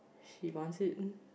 she wants it